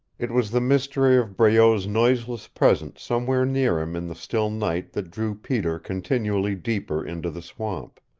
it was the mystery of breault's noiseless presence somewhere near him in the still night that drew peter continually deeper into the swamp.